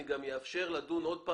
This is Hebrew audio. אני גם אאפשר לדון שוב,